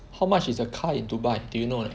how much is the car in Dubai do you know or not